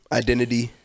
identity